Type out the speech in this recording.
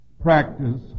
Practice